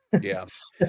Yes